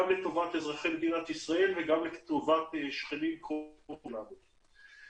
גם לטובת אזרחי מדינת ישראל וגם לטובת שכנים קרובים לנו.